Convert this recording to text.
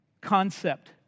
concept